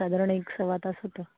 साधारण एक सव्वा तास होतो